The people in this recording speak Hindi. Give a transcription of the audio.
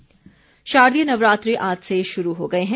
नवरात्रे शारदीय नवरात्रे आज से शुरू हो गए हैं